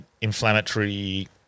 inflammatory